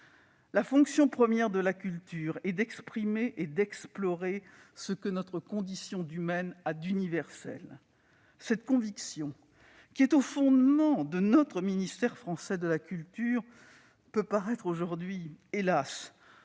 la fonction première de la culture est d'exprimer et d'explorer ce que notre condition humaine a d'universel. Cette conviction, qui est au fondement de notre ministère français de la culture, peut paraître aujourd'hui, hélas,